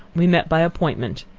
we met by appointment,